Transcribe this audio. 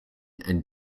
and